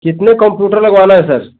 कितने कंप्यूटर लगवाना है सर